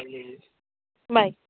bye